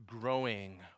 growing